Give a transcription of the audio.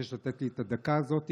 לתת לי את הדקה הזאת,